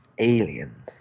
alien